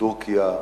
טורקיה,